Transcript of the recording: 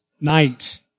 night